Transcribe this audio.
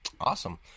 Awesome